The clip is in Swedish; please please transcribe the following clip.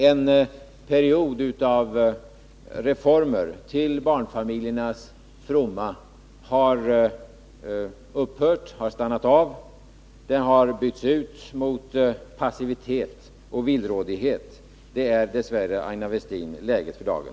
En period av reformer till barnfamiljernas fromma har stannat av. Reformerna har bytts ut mot passivitet och villrådighet. Så är dess värre, Aina Westin, läget för dagen.